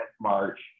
March